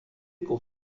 pour